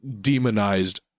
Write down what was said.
demonized